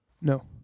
No